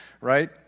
right